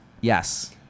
Yes